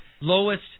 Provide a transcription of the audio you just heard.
lowest